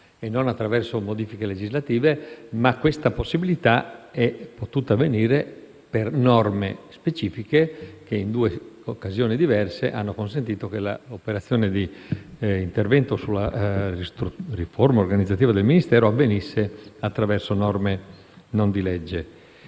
e non attraverso modifiche legislative, ma ciò è potuto avvenire per norme specifiche che in due occasioni diverse hanno consentito che l'intervento sulla riforma organizzativa del Ministero avvenisse attraverso norme non di legge.